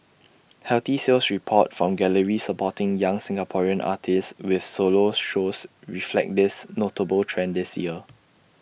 healthy sales reports from galleries supporting young Singaporean artists with solos shows reflect this notable trend this year